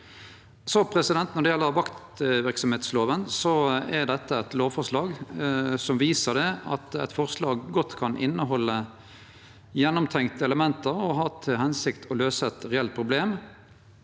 Når det gjeld vaktverksemdslova, er dette eit lovforslag som viser at eit forslag godt kan innehalde gjennomtenkte element og ha til hensikt å løyse eit reelt problem,